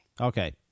Okay